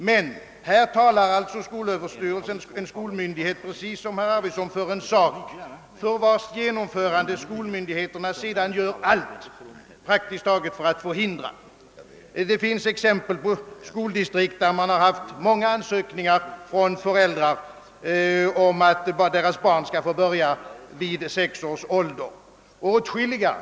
Men här talar en skolmyndighet precis som herr Arvidson gjorde för en sak, vars genomförande skolmyndigheterna sedan gör praktiskt taget allt för att förhindra. Det finns exempel på skoldistrikt, där man haft många ansökningar från föräldrar om att deras barn skall få börja vid sex års ålder.